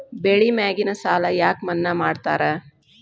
ಬೆಳಿ ಮ್ಯಾಗಿನ ಸಾಲ ಯಾಕ ಮನ್ನಾ ಮಾಡ್ತಾರ?